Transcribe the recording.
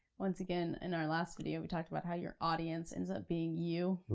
once again, in our last video we talked about how your audience ends up being you.